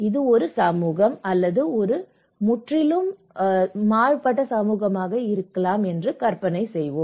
இது ஒரு சமூகம் அல்லது இது முற்றிலும் ஒரு சமூகம் என்று கற்பனை செய்வோம்